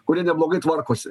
kuri neblogai tvarkosi